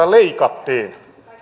leikattiin